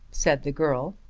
said the girl.